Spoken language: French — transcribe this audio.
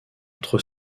entre